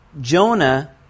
Jonah